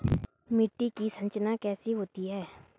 मिट्टी की संरचना कैसे होती है?